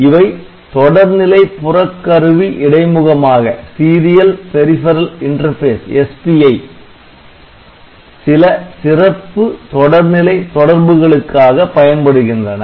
இவை தொடர்நிலை புறக்கருவி இடைமுகம் ஆக சில சிறப்பு தொடர்நிலை தொடர்புகளுக்காக பயன்படுகின்றன